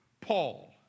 Paul